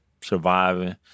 surviving